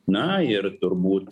na ir turbūt